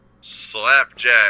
Slapjack